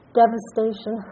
devastation